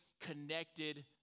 connected